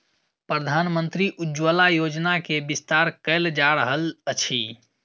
प्रधानमंत्री उज्ज्वला योजना के विस्तार कयल जा रहल अछि